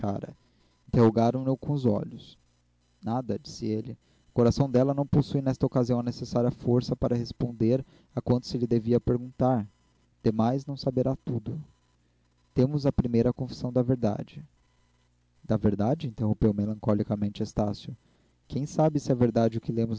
deixara interrogaram no com os olhos nada disse ele o coração dela não possui nesta ocasião a necessária força para responder a quanto se lhe devia perguntar demais não saberá tudo temos a primeira confissão da verdade da verdade interrompeu melancolicamente estácio quem sabe se é verdade o que lemos